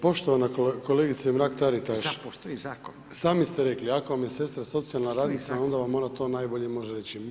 Poštovana kolegice Mrak-Taritaš, sami ste rekli ako vam je sestra socijalna radnica, onda vam ona to najbolje može reći.